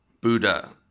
Buddha